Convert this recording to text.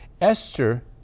Esther